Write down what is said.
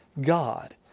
God